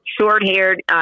short-haired